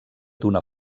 d’una